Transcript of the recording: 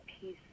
peace